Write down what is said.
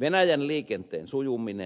venäjän liikenteen sujumisen